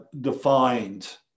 defined